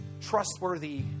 trustworthy